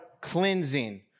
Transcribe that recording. cleansing